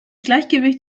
gleichgewicht